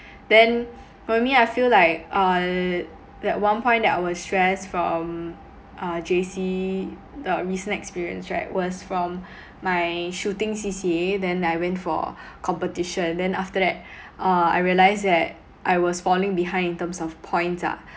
then for me I feel like uh that one point that I was stressed from uh J_C the recent experience right was from my shooting C_C_A then I went for competition then after that uh I realised that I was falling behind in terms of points ah